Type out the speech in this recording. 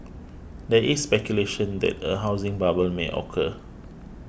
there is speculation that a housing bubble may occur